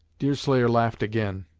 deerslayer laughed again,